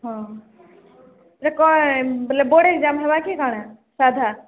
ହଁ ଯେ କ'ଣ ବୋଇଲେ ବୋର୍ଡ଼୍ ଏଗ୍ଜାମ୍ ହେବା କି କଅଣ ସାଧା